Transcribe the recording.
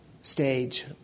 stage